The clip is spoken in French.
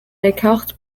écarte